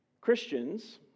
Christians